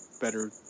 better